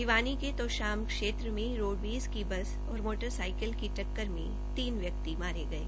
भिवानी के तोशाम क्षेत्र में रोडवेज की बस और मोटर साइकिल की टक्कर में तीन व्यक्ति मारे गये